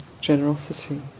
generosity